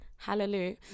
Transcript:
Hallelujah